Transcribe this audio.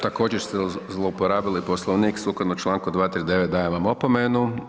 Također ste zlouporabili Poslovnik, sukladno čl. 239. dajem vam opomenu.